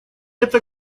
это